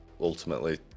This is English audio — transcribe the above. ultimately